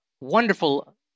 wonderful